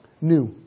new